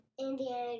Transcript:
Indiana